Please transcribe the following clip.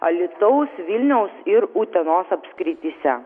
alytaus vilniaus ir utenos apskrityse